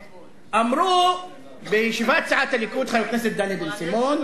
אמרו בישיבת סיעת הליכוד, חבר הכנסת דני בן-סימון,